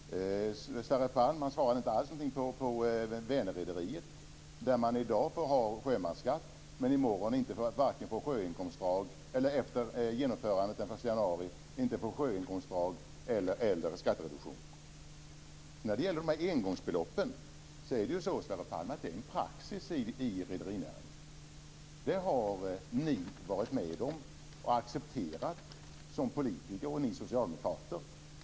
Sverre Palm svarade inte alls på frågan om Vänernrederiet, där man i dag får ha sjömansskatt men efter genomförandet den 1 januari varken sjöinkomstavdrag eller skattereduktion. Engångsbeloppen är, Sverre Palm, en praxis i rederinäringen. Det har ni socialdemokrater varit med om att acceptera som politiker.